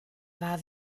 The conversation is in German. war